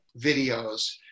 videos